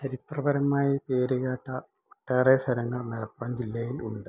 ചരിത്രപരമായി പേരുകേട്ട ഒട്ടേറെ സ്ഥലങ്ങൾ മലപ്പുറം ജില്ലയിൽ ഉണ്ട്